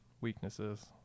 weaknesses